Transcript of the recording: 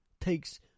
Takes